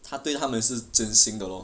他对他们是真心的 lor